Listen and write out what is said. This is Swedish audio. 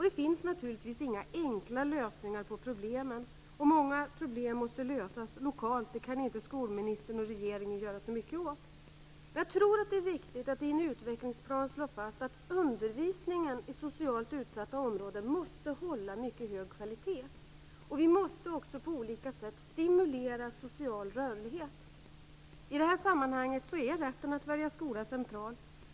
Det finns naturligtvis inga enkla lösningar på problemen. Många problem måste lösas lokalt. Dem kan inte skolministern och regeringen göra så mycket åt. Jag tror att det är viktigt att i en utvecklingsplan slå fast att undervisningen i socialt utsatta områden måste hålla mycket hög kvalitet. Och vi måste också på olika sätt stimulera social rörlighet. I det här sammanhanget är rätten att välja skola central.